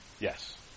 Yes